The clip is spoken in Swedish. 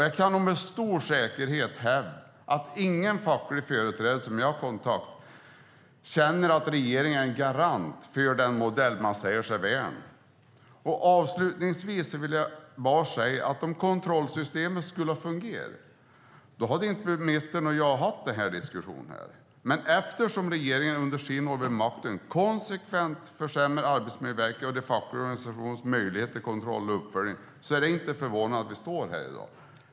Jag kan nog med stor säkerhet hävda att ingen facklig företrädare jag har kontaktat känner att regeringen är en garant för den modell den säger sig värna. Avslutningsvis vill jag bara säga att ministern och jag inte skulle ha haft den här diskussionen om kontrollsystemen hade fungerat. Men eftersom regeringen under sina år vid makten konsekvent försämrat Arbetsmiljöverket och de fackliga organisationernas möjligheter till kontroll och uppföljning är det inte förvånande att vi står här i dag.